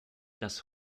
dass